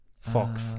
Fox